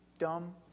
Dumb